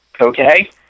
Okay